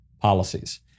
policies